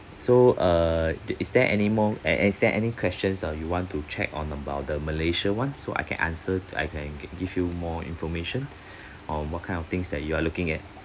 so err is there anymore and is there any questions or you want to check on about the malaysia one so I can answer I can give you more information on what kind of things that you are looking at